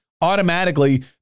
automatically